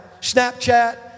Snapchat